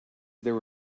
there